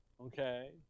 Okay